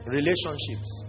Relationships